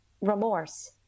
remorse